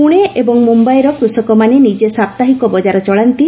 ପୁଣେ ଏବଂ ମୁମ୍ବାଇର କୃଷକମାନେ ନିଜେ ସାପ୍ତାହିକ ବଙ୍କାର ଚଳାନ୍ତି